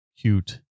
cute